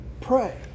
pray